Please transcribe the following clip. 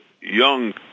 young